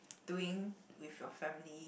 doing with your family